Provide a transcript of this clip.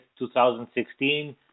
2016